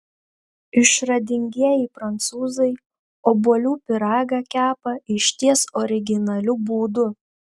išradingieji prancūzai obuolių pyragą kepa išties originaliu būdu